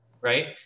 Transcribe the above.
right